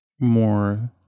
more